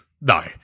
No